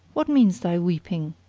what means thy weeping?